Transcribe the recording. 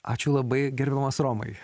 ačiū labai gerbiamas romai